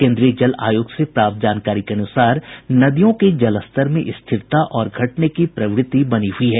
केन्द्रीय जल आयोग से प्राप्त जानकारी के अनुसार नदियों के जलस्तर में स्थिरता और घटने की प्रवृति बनी हुई है